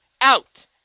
out